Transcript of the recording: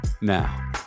Now